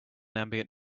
ambient